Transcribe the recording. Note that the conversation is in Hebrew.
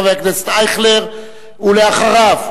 חבר הכנסת אייכלר, ואחריו,